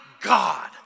God